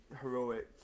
heroic